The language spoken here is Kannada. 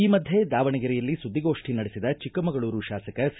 ಈ ಮಧ್ಯೆ ದಾವಣಗೆರೆಯಲ್ಲಿ ಸುದ್ದಿಗೋಷ್ಠಿ ನಡೆಸಿದ ಚಿಕ್ಕಮಗಳೂರು ಶಾಸಕ ಸಿ